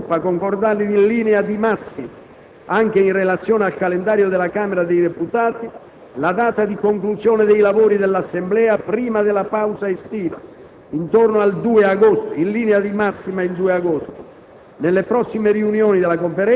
Infine, la Conferenza dei Capigruppo ha concordato in linea di massima, anche in relazione al calendario della Camera dei deputati, la data di conclusione dei lavori dell'Assemblea prima della pausa estiva intorno al 2 agosto.